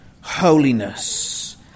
holiness